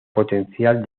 potencial